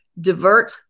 divert